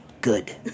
good